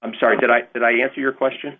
i'm sorry that i did i answer your question